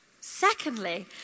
Secondly